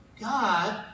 God